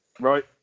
right